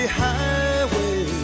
highway